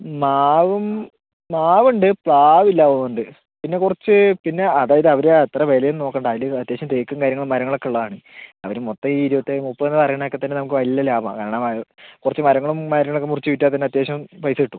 മാവും മാവ് ഉണ്ട് പ്ലാവ് ഇല്ല അതുകൊണ്ട് പിന്നെ കുറച്ച് പിന്നെ ആ അതായത് അവർ അത്ര വില ഒന്നും നോക്കേണ്ട അതിൽ അത്യാവശ്യം തേക്കും കാര്യങ്ങളും മരങ്ങളൊക്കെ ഉള്ളതാണ് അവർ മൊത്തം ഈ ഇരുപത്തേഴ് മുപ്പതെന്നു പറയണയൊക്കതന്നെ നമുക്ക് വലിയ ലാഭമാണ് കാരണം അത് കുറച്ച് മരങ്ങളും മരങ്ങളൊക്കെ മുറിച്ച് വിറ്റാൽ തന്നെ അത്യാവശ്യം പൈസ കിട്ടും